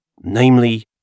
namely